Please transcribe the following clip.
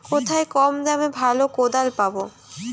কোথায় কম দামে ভালো কোদাল পাব?